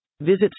Visit